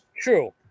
true